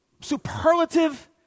superlative